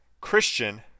Christian